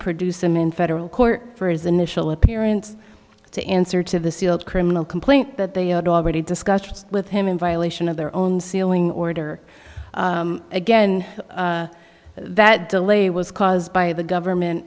produce him in federal court for his initial appearance to answer to the sealed criminal complaint that they had already discussed with him in violation of their own sealing order again that delay was caused by the government